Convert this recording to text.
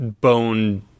bone